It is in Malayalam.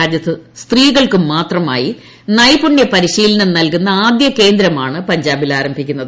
രാജ്യത്ത് സ്ത്രീകൾക്ക് മാത്രമായി നൈപുണ്യ പരിശീലനം നൽകുന്ന ആദ്യ പഞ്ചാബിൽ ആരംഭിക്കുന്നത്